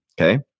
Okay